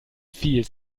viel